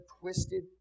twisted